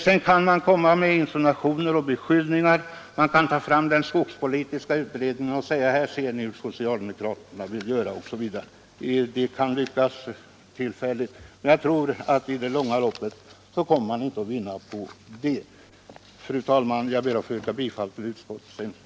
Sedan kan man komma med insinuationer och beskyllningar, peka på den skogspolitiska utredningen och säga att ”här ser ni hur socialdemokraterna vill göra” osv. Det kan lyckas tillfälligt, men i det långa loppet kommer man inte att vinna något på det. Fru talman! Jag ber att få yrka bifall till utskottets hemställan.